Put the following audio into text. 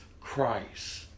Christ